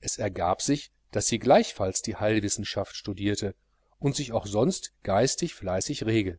es ergab sich daß sie gleichfalls die heilwissenschaft studiere und sich auch sonst geistig fleißig rege